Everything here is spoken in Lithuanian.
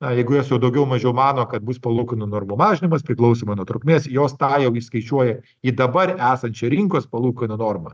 na jeigu jos jau daugiau mažiau mano kad bus palūkanų normų mažinimas priklausomai nuo trukmės jos tą jau įskaičiuoja į dabar esančią rinkos palūkanų normą